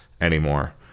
anymore